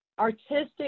artistic